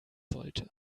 sollte